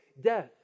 death